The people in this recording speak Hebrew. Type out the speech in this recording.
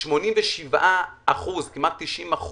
87%, כמעט 90%,